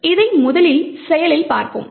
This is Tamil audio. எனவே இதை முதலில் செயலில் பார்ப்போம்